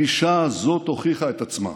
הגישה הזאת הוכיחה את עצמה,